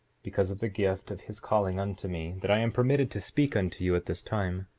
because of the gift of his calling unto me, that i am permitted to speak unto you at this time.